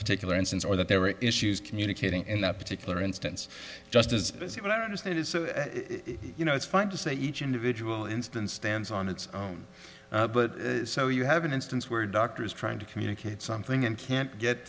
particular instance or that there were issues communicating in that particular instance just as busy whatever state is you know it's fine to say each individual instance stands on its own but so you have an instance where doctors trying to communicate something and can't get